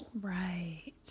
Right